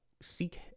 seek